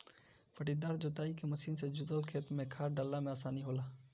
पट्टीदार जोताई के मशीन से जोतल खेत में खाद डाले में आसानी होला